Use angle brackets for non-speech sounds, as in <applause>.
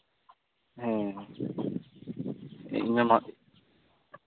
ᱦᱮᱸ ᱤᱧ <unintelligible>